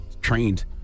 trained